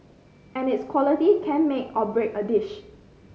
and its quality can make or break a dish